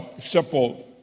simple